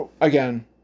again